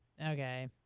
Okay